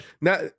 now